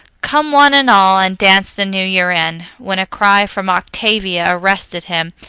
come one and all, and dance the new year in when a cry from octavia arrested him,